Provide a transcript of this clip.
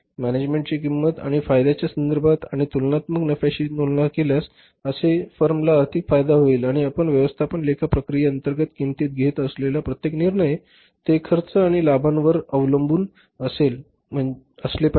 मॅनेजमेंटची किंमत आणि फायद्याच्या संदर्भात आणि तुलनात्मक नफ्याशी तुलना केल्यासअसे कि फर्मला आर्थिक फायदा होईल आणि आपण व्यवस्थापन लेखा प्रक्रियेअंतर्गत कंपनीत घेत असलेला प्रत्येक निर्णय ते खर्च आणि लाभावर अवलंबून असले पाहिजेत